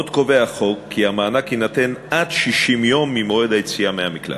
עוד קובע החוק כי המענק יינתן עד 60 יום ממועד היציאה מהמקלט.